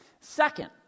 Second